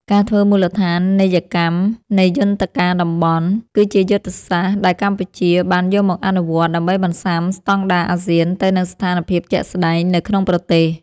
ការធ្វើមូលដ្ឋានីយកម្មនៃយន្តការតំបន់ គឺជាយុទ្ធសាស្ត្រដែលកម្ពុជាបានយកមកអនុវត្ត ដើម្បីបន្ស៊ាំស្តង់ដារអាស៊ានទៅនឹងស្ថានភាពជាក់ស្តែងនៅក្នុងប្រទេស។